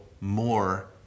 more